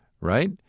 right